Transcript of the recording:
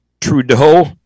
Trudeau